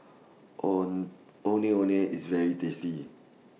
own Ondeh Ondeh IS very tasty